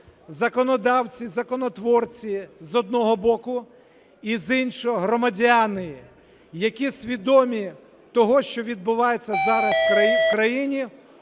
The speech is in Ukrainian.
Законодавці, законотворці, з одного боку, і з іншого – громадяни, які свідомі того, що відбувається зараз в країні,